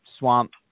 Swamp